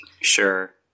Sure